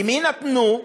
למי נתנו,